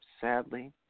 Sadly